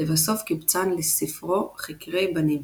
ולבסוף קיבצן לספרו "חקרי בנים".